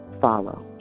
follow